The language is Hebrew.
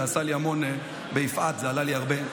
זה עשה לי המון, ביפעת זה עלה לי הרבה.